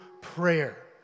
prayer